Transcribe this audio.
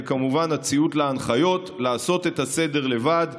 וכמובן הציות להנחיות: לעשות את הסדר לבד,